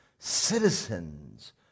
Citizens